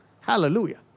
Hallelujah